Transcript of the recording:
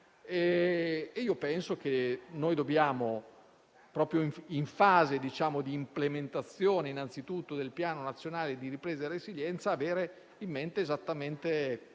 Io penso che, proprio in fase di implementazione innanzitutto del Piano nazionale di ripresa e resilienza, occorra avere in mente esattamente